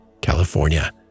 California